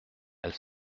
elles